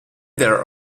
their